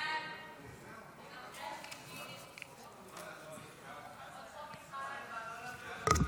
סעיפים 1 3 נתקבלו.